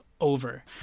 over